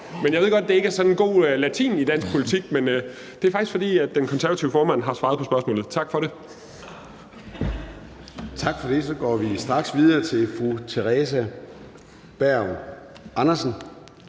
Jeg ved godt, at det ikke sådan er god latin i dansk politik, men det er faktisk, fordi den konservative formand har svaret på spørgsmålet. Tak for det. Kl. 16:28 Formanden (Søren Gade): Tak for det. Så går vi straks videre til fru Theresa Berg Andersen.